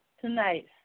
tonight